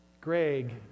Greg